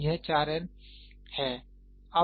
तो यह 4 L है